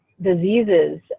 diseases